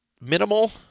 minimal